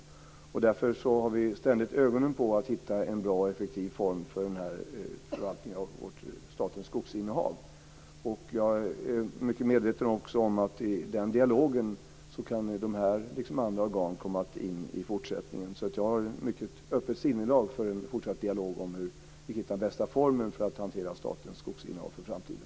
Därför har vi ständigt ögonen på att hitta en bra och effektiv form för förvaltningen av statens skogsinnehav. Jag är också mycket medveten om att i denna dialog kan dessa liksom andra organ i fortsättningen komma in. Jag har alltså ett mycket öppet sinnelag inför en fortsatt dialog om hur vi hittar bästa formen för att hantera statens skogsinnehav för framtiden.